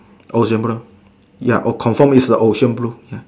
ocean blue ya or confirm is the ocean blue ya